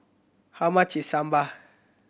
how much is Sambar